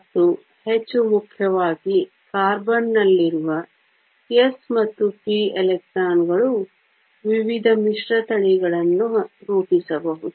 ಮತ್ತು ಹೆಚ್ಚು ಮುಖ್ಯವಾಗಿ ಕಾರ್ಬನ್ನಲ್ಲಿರುವ s ಮತ್ತು p ಎಲೆಕ್ಟ್ರಾನ್ಗಳು ವಿವಿಧ ಮಿಶ್ರತಳಿಗಳನ್ನು ರೂಪಿಸಬಹುದು